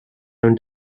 own